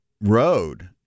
road